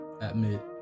admit